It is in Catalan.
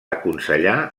aconsellar